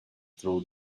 through